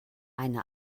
eine